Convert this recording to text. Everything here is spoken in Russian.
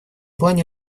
плане